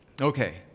Okay